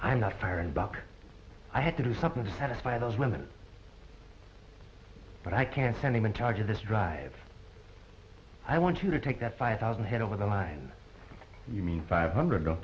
i'm not firing buck i had to do something to satisfy those women but i can't send him in charge of this dr i want you to take that five thousand head over the line you mean five hundred do